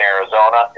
Arizona